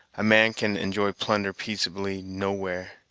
a man can enjoy plunder peaceably nowhere.